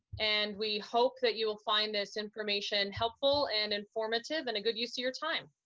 and we hope that you will find this information helpful and informative and a good use of your time.